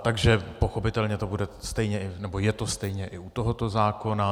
Takže pochopitelně to bude stejně nebo je to stejně i u tohoto zákona.